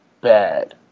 bad